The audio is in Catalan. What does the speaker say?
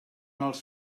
els